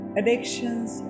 addictions